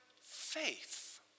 faith